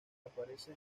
aparece